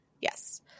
Yes